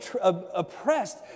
oppressed